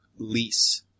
lease